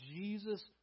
Jesus